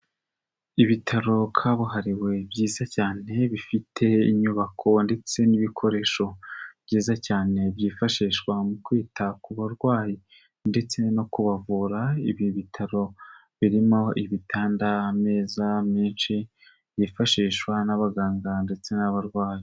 Ibitaro kabuhariwe, byiza cyane, bifite inyubako ndetse n'ibikoresho byiza cyane byifashishwa mu kwita ku barwayi ndetse no kubavura, ibi bitaro birimo ibitanda, ameza menshi yifashishwa n'abaganga ndetse n'abarwayi.